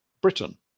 Britain